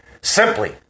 Simply